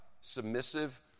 submissive